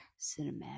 cinematic